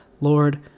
lord